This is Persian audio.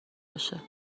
باشه